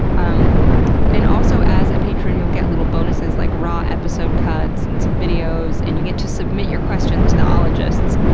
um and also as a patron, you'll get little bonuses like raw episode cuts, and some videos, and you get to submit your questions to the ologists.